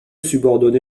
subordonné